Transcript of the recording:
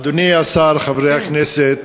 אדוני השר, חברי הכנסת,